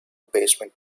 basement